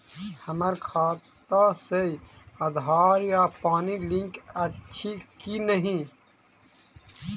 हम्मर खाता सऽ आधार आ पानि लिंक अछि की नहि?